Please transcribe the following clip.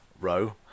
row